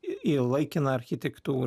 į į laikiną architektūrą